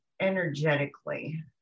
energetically